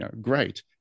great